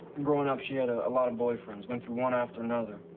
growing up, she had a lot of boyfriends. went through one after another.